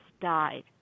died